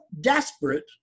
desperate